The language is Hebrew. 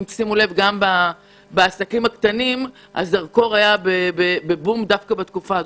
גם בנושא של העסקים הקטנים הזרקור הופנה בתקופה זו.